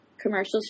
commercials